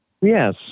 Yes